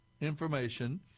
information